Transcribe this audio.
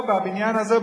פה בבניין הזה,